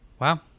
wow